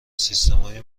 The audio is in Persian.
سیستمهای